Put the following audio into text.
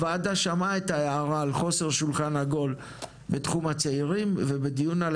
הועדה שמעה את ההערה על חוסר שולחן עגול בנושא צעירים ובדיון על